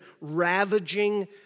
ravaging